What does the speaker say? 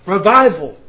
Revival